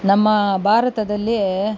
ನಮ್ಮ ಭಾರತದಲ್ಲಿ